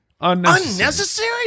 Unnecessary